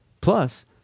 plus